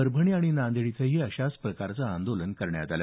परभणी आणि नांदेड इथंही अशाच प्रकारचं आंदोलन करण्यात आलं